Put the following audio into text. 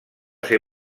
ser